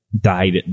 died